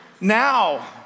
Now